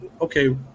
okay